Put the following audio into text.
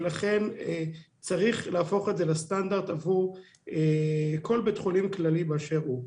לכן צריך להפוך את זה לסטנדרט עבור כל בית חולים כללי באשר הוא.